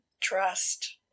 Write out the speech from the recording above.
Trust